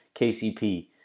KCP